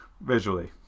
visually